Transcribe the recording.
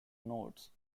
notes